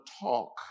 talk